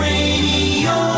Radio